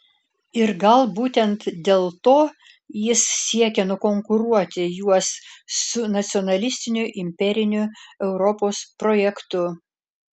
ir gal būtent dėl to jis siekia nukonkuruoti juos su nacionalistiniu imperiniu europos projektu